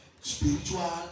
spiritual